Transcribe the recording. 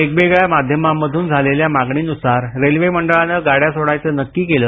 वेगवेगळ्या माध्यमांमधून झालेल्या मागणीनुसार रेल्वे मंडळानं गाड्या सोडायचं नक्की केलं